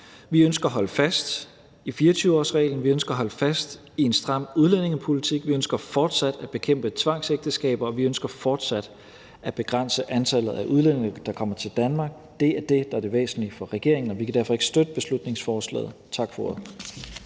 Vi ønsker at holde fast i 24-årsreglen, vi ønsker at holde fast i en stram udlændingepolitik, vi ønsker fortsat at bekæmpe tvangsægteskaber, og vi ønsker fortsat at begrænse antallet af udlændinge, der kommer til Danmark. Det er det, der er det væsentlige for regeringen, og vi kan derfor ikke støtte beslutningsforslaget. Tak for